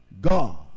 God